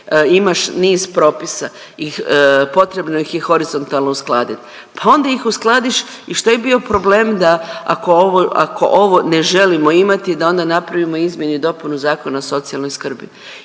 imaš niz propisa i potrebno ih je horizontalno uskladiti, pa onda ih uskladiš i što bi bio problem da ako ovo, ako ovo ne želimo imati da onda napravimo izmjene i dopune Zakona o socijalnoj skrbi